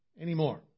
anymore